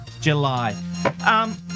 July